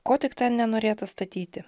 ko tiktai nenorėta statyti